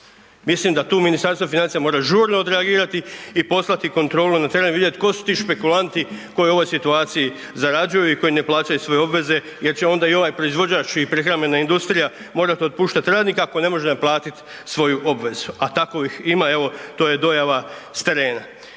Mislim da tu Ministarstvo financija mora žurno odreagirati i poslati na teren, vidjeti tko su ti špekulanti koji u ovoj situaciji zarađuju i koji ne plaćaju svoje obveze jer će onda i ovaj proizvođač i prehrambena industrija morati otpuštati radnike ako ne može naplatiti svoju obvezu, a takvih ima evo to je dojava s terena.